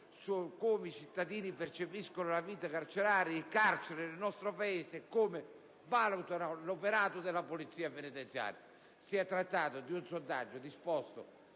come i cittadini percepiscono la vita carceraria nel carcere nel nostro Paese e su come valutano l'operato della Polizia penitenziaria. Si è trattato di un sondaggio disposto